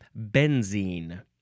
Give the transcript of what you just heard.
benzene